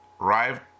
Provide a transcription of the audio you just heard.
Arrived